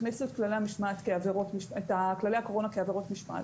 הכניסו את כללי הקורונה כעבירות משמעת,